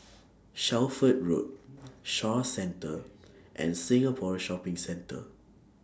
Shelford Road Shaw Centre and Singapore Shopping Centre